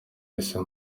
yise